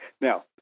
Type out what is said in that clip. Now